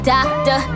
Doctor